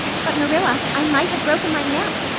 but, marilla, i might have broken my neck.